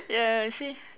ya you see